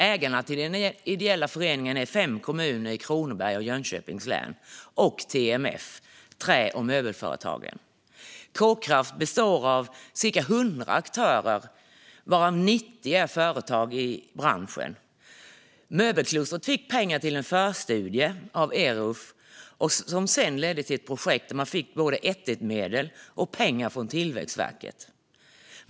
Ägarna är fem kommuner i Kronobergs och Jönköpings län samt TMF, Trä och Möbelföretagen. KKraft består av cirka 100 aktörer, varav 90 är företag i branschen. Möbelklustret fick pengar till en förstudie av Eruf, som sedan ledde till projektet där man fick både 1:1-medel och pengar från Tillväxtverket.